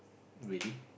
really